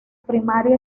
primaria